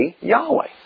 Yahweh